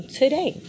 today